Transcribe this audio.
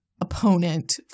opponent